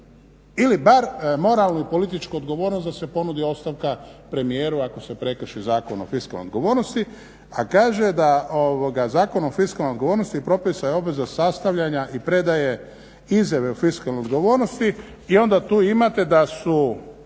ili bar moralnu političku odgovornost da se ponudi ostavka premijeru ako se prekrši Zakon o fiskalnoj odgovornosti, a kaže da Zakon o fiskalnoj odgovornosti je … i obveza sastavljanja i predaje izjave o fiskalnoj odgovornosti i onda tu imate da su